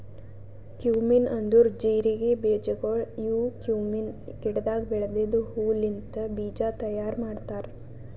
cumin ಅಂದುರ್ ಜೀರಿಗೆ ಬೀಜಗೊಳ್ ಇವು ಕ್ಯುಮೀನ್ ಗಿಡದಾಗ್ ಬೆಳೆದಿದ್ದ ಹೂ ಲಿಂತ್ ಬೀಜ ತೈಯಾರ್ ಮಾಡ್ತಾರ್